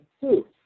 two